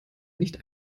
nicht